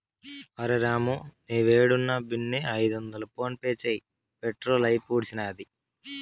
అరె రామూ, నీవేడున్నా బిన్నే ఐదొందలు ఫోన్పే చేయి, పెట్రోలు అయిపూడ్సినాది